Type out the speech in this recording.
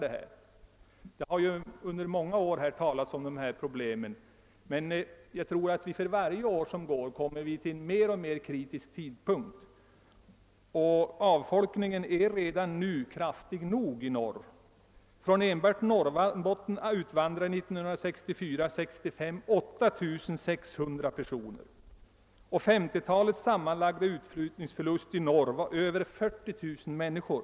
Det har under många år talats om dessa problem, men jag tror att vi för varje år som går närmar oss en alltmer kritisk tidpunkt. Avfolkningen i norr är redan nu kraftig nog. Enbart från Norrbotten utvandrade 1964— 1965 8600 personer. 1950-talets sammanlagda utflyttningsförlust i norr var över 40000 människor.